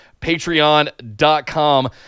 patreon.com